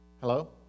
Hello